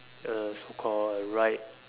uh so call right